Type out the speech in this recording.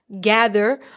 gather